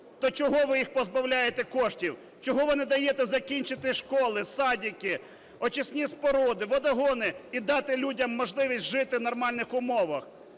То чого ви їх позбавляєте коштів, чого ви не надаєте закінчити школи, садіки, очисні споруди, водогони і дати людям можливість жити в нормальних умовах.